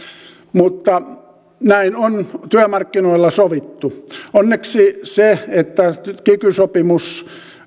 mutta näin on työmarkkinoilla sovittu onneksi kun nyt kiky sopimus